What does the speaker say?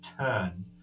turn